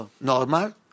normal